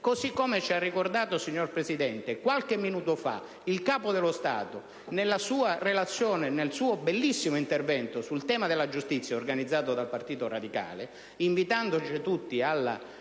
così come ci ha ricordato, signor Presidente, qualche minuto fa il Capo dello Stato nel suo bellissimo intervento sul tema della giustizia organizzato dal Partito Radicale, invitandoci tutti alla